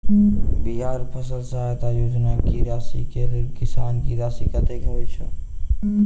बिहार फसल सहायता योजना की राशि केँ लेल किसान की राशि कतेक होए छै?